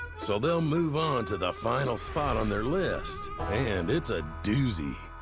so they'll move on to the final spot on their list, and it's a doozy.